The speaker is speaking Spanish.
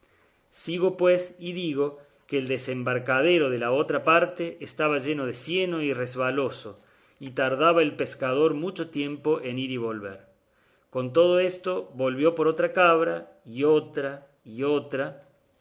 sigo pues y digo que el desembarcadero de la otra parte estaba lleno de cieno y resbaloso y tardaba el pescador mucho tiempo en ir y volver con todo esto volvió por otra cabra y otra y otra